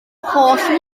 holl